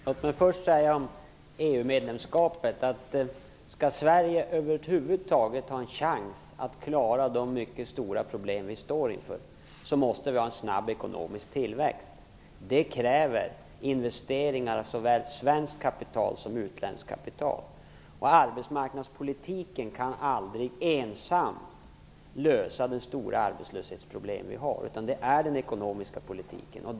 Herr talman! Låt mig först beträffande EU medlemskapet säga att om Sverige över huvud taget skall ha någon chans att klara de mycket stora problem som vi står inför, måste vi ha en snabb ekonomisk tillväxt. Det kräver investeringar av såväl svenskt som utländskt kapital. Man kan aldrig lösa det stora arbetslöshetsproblem som vi har enbart genom arbetsmarknadspolitiken utan också den ekonomiska politiken behövs.